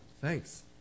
Thanks